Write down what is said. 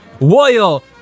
royal